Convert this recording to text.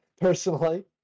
personally